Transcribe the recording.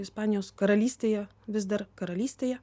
ispanijos karalystėje vis dar karalystėje